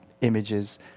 Images